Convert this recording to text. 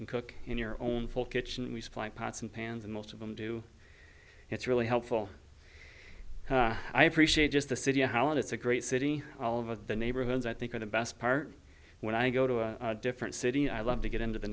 can cook in your own full kitchen and we supply pots and pans and most of them do it's really helpful i appreciate just the city how it's a great city all of the neighborhoods i think are the best part when i go to a different city and i love to get into the